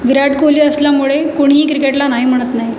विराट कोहली असल्यामुळे कोणीही क्रिकेटला नाही म्हणत नाही